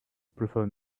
prefer